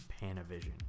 Panavision